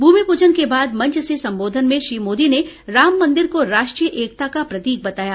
भूमि पूजन के बाद मंच से संबोधन में श्री मोदी ने राम मन्दिर को राष्ट्रीय एकता का प्रतीक बताया